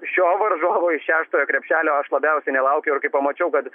šio varžovo iš šeštojo krepšelio aš labiausiai nelaukiu ir kai pamačiau kad